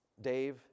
Dave